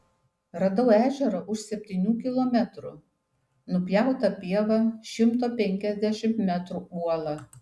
radau ežerą už septynių kilometrų nupjauta pieva šimto penkiasdešimt metrų uola